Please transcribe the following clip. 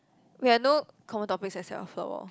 we had no common topics as well so